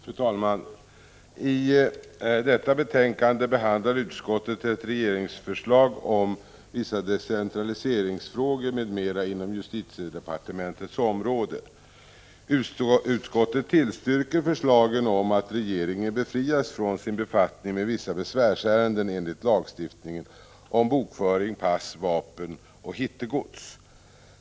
Fru talman! I detta betänkande behandlar justitieutskottet ett regeringsförslag om vissa decentraliseringsfrågor m.m. inom justitiedepartementets område. Utskottet tillstyrker förslagen om att regeringen befrias från sin befattning med vissa besvärsärenden enligt lagstiftningen om bokföring, pass, vapen och hittegods.